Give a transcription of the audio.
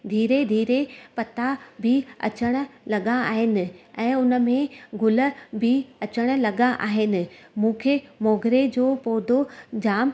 धीरे धीरे पता बि अचणु लॻा आहिनि ऐं उन में गुल बि अचणु लॻा आहिनि मूंखे मोगरे जो पौधो जाम